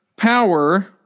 power